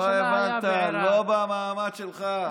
לא הבנת, לא במעמד שלך.